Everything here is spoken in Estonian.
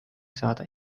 saada